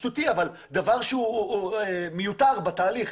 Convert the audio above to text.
מיותר בתהליך.